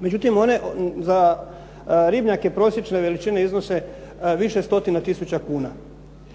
Međutim one za ribnjake prosječne veličine iznose više stotina tisuća kuna.